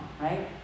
right